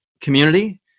community